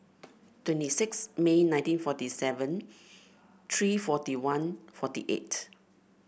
twenty six May nineteen forty seven three forty one forty eight